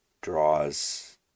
draws